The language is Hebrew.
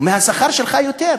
מהשכר שלך יותר.